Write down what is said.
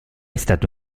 stato